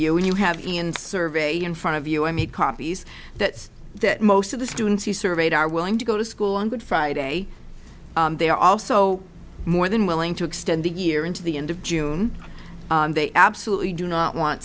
when you have ian survey in front of you i made copies that that most of the students you surveyed are willing to go to school on good friday they are also more than willing to extend the year into the end of june they absolutely do not want